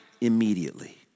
immediately